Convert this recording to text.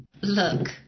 Look